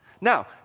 Now